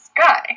sky